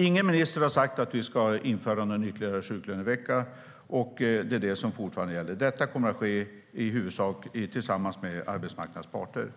Ingen minister har sagt att vi ska införa någon ytterligare sjuklönevecka, och det är det som fortfarande gäller. Detta arbete kommer att ske i huvudsak tillsammans med arbetsmarknadens parter.